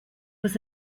was